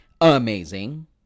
Amazing